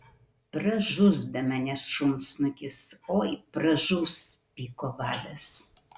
pražus be manęs šunsnukis oi pražus pyko vadas